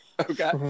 okay